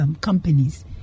companies